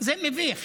זה מביך.